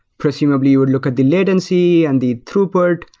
presumably you would look at the latency and the throughput.